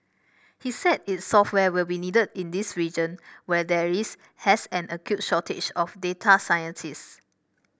he said its software will be needed in this region where there is has an acute shortage of data scientists